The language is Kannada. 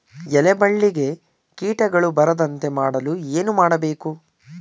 ಎಲೆ ಬಳ್ಳಿಗೆ ಕೀಟಗಳು ಬರದಂತೆ ಮಾಡಲು ಏನು ಮಾಡಬೇಕು?